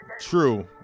true